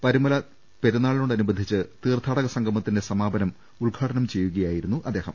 പരു മല പെരുനാളിനോടനുബന്ധിച്ച് തീർത്ഥാടക സംഗമത്തിന്റെ സമാപനം ഉദ്ഘാടനം ചെയ്യുകയായിരുന്നു അദ്ദേഹം